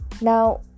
Now